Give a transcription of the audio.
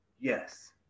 yes